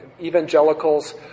evangelicals